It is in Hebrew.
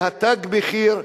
מ"תג מחיר",